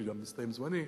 כי הסתיים זמני,